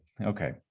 okay